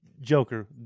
Joker